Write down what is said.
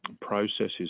processes